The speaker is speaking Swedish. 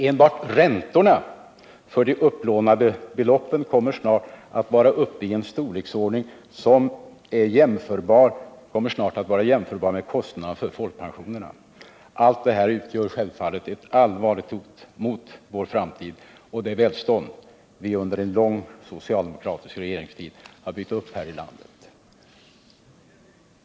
Enbart räntorna för det upplånade beloppet kommer snart att vara uppe i en storleksordning som kommer att vara jämförbar med kostnaderna för folkpensionerna. Allt detta utgör självfallet ett allvarligt hot mot vår framtid och det välstånd vi under en lång socialdemokratisk regeringstid har byggt upp här i landet.